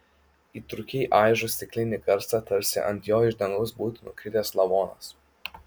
įtrūkiai aižo stiklinį karstą tarsi ant jo iš dangaus būtų nukritęs lavonas